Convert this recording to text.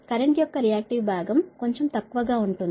కాబట్టి కరెంట్ యొక్క రియాక్టివ్ భాగం కొంచెం తక్కువగా ఉంటుంది